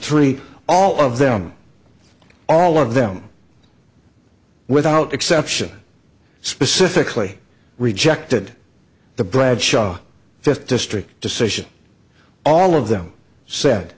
three all of them all of them without exception specifically rejected the bradshaw fifth district decision all of them said